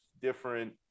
different